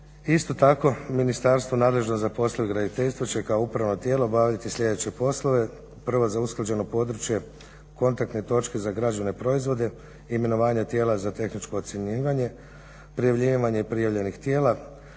Isto tako ministarstvo nadležno za poslove graditeljstva će kao upravno tijelo obaviti sljedeće poslove. Prvo za usklađeno područje kontaktne točke za građevne proizvode, imenovanja tijela za tehničko ocjenjivanje, prijavljivanje prijavljenih tijela